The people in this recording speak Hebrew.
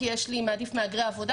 כי אני מעדיף בכלל מהגרי עבודה,